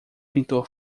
pintor